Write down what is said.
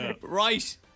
Right